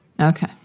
Okay